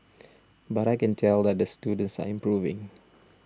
but I can tell that the students are improving